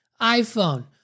iPhone